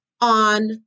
on